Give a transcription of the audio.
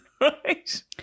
Right